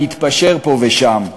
להתפשר פה ושם.